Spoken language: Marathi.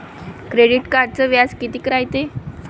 क्रेडिट कार्डचं व्याज कितीक रायते?